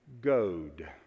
Goad